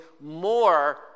more